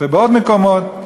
ובעוד מקומות,